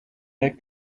like